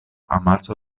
amaso